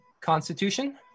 constitution